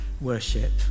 worship